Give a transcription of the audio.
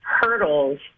hurdles